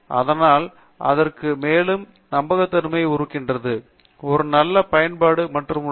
அதனால் அதற்கு மேலும் நம்பகத்தன்மையும் இருக்கிறது ஒரு நல்ல பயனர் மன்றம் உள்ளது